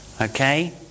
okay